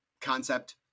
concept